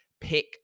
Pick